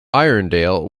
irondale